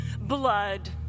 blood